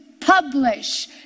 publish